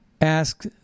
ask